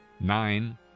nine